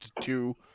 two